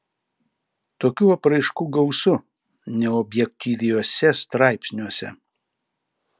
tokių apraiškų gausu neobjektyviuose straipsniuose